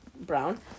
brown